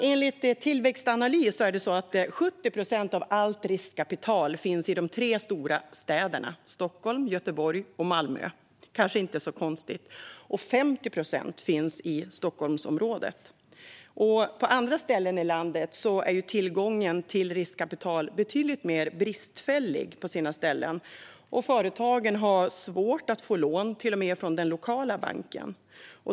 Enligt Tillväxtanalys finns 70 procent av allt riskkapital i de tre stora städerna Stockholm, Göteborg och Malmö. Det är kanske inte så konstigt. Och 50 procent finns i Stockholmsområdet. På andra ställen i landet är tillgången till riskkapital betydligt mer bristfällig, och företagen har svårt att få lån till och med från den lokala banken.